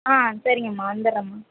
சரிங்கம்மா வந்துடுறேம்மா